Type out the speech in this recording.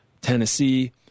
Tennessee